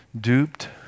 duped